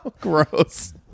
gross